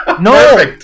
No